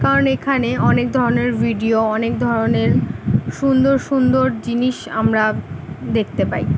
কারণ এখানে অনেক ধরনের ভিডিও অনেক ধরনের সুন্দর সুন্দর জিনিস আমরা দেখতে পাই